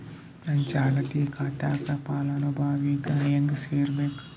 ನನ್ನ ಚಾಲತಿ ಖಾತಾಕ ಫಲಾನುಭವಿಗ ಹೆಂಗ್ ಸೇರಸಬೇಕು?